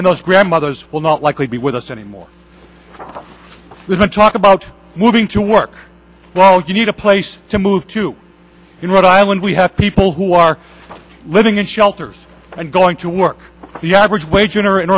and those grandmothers will not likely be with us anymore there's been talk about moving to work well if you need a place to move to rhode island we have people who are living in shelters and going to work the average wage earner in